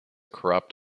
corrupt